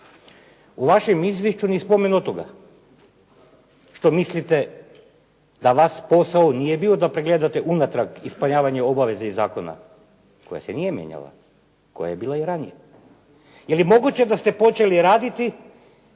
U vašem izvješću ni spomen od toga. Što mislite da vaš posao nije bio da pregledate unatrag ispunjavanje obaveza iz zakona, koja se nije mijenjala, koja je bila i ranije? Je li moguće da ste počeli raditi,